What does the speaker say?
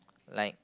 like